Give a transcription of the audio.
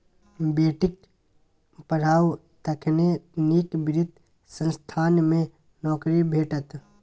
बेटीक पढ़ाउ तखने नीक वित्त संस्थान मे नौकरी भेटत